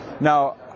Now